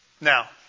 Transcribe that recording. Now